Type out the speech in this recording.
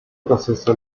proceso